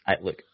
Look